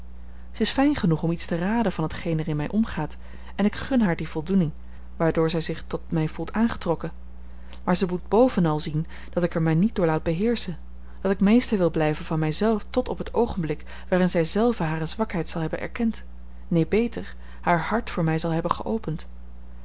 zij is fijn genoeg om iets te raden van t geen er in mij omgaat en ik gun haar die voldoening waardoor zij zich tot mij voelt aangetrokken maar zij moet bovenal zien dat ik er mij niet door laat beheerschen dat ik meester wil blijven van mij zelf tot op het oogenblik waarin zij zelve hare zwakheid zal hebben erkend neen beter haar hart voor mij zal hebben geopend